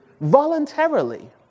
Voluntarily